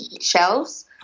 shelves